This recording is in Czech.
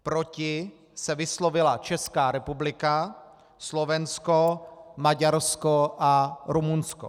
Proti se vyslovila Česká republika, Slovensko, Maďarsko a Rumunsko.